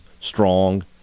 Strong